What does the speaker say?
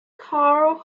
carr